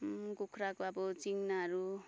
कुखुराको अब चिङ्नाहरू